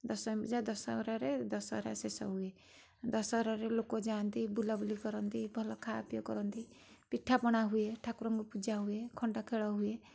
ଦଶମୀ ପୂଜା ଦଶହରାରେ ଦଶହରା ଶେଷ ହୁଏ ଦଶହରାରେ ଲୋକ ଯାଆନ୍ତି ବୁଲାବୁଲି କରନ୍ତି ଭଲ ଖାଆପିଆ କରନ୍ତି ପିଠାପଣା ହୁଏ ଠାକୁରଙ୍କୁ ପୂଜା ହୁଏ ଖଣ୍ଡା ଖେଳ ହୁଏ